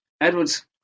Edwards